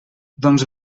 doncs